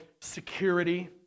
security